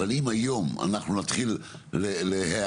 אם היום אנחנו נתחיל להיערך